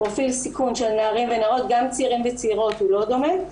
פרופיל של סיכון של נערים ונערות וגם צעירים וצעירות הוא לא דומה.